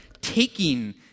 taking